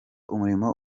umurimo